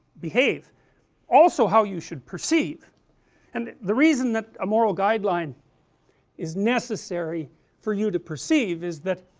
behave also how you should perceive and the reason that a moral guideline is necessary for you to perceive is that